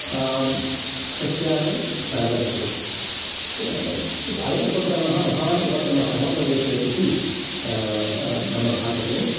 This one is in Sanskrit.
सस्यानि प्रददते अयम् उपक्रमः महान् उपक्रमः मम प्रदेशे इति मम भासते